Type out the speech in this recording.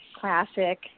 Classic